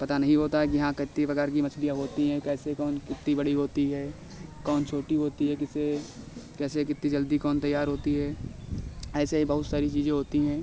पता नहीं होता है कि हाँ कितने प्रकार की मछलियाँ होती हैं कैसे कौन कितनी बड़ी होती है कौन छोटी होती है किस्से कैसे कितनी जल्दी कौन तैयार होती है ऐसे बहुत सारी चीज़ें होती है